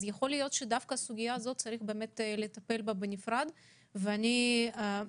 יש צורך לטפל בנפרד בסוגיה הזו ואנחנו